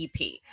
EP